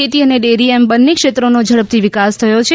ખેતી અને ડેરી એમ બન્ને ક્ષેત્રોનો ઝડપથી વિકાસ થયો છે